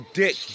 dick